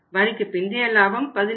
வரிக்குப் பிந்தைய லாபம் 17